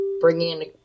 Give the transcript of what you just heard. bringing